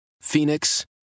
Phoenix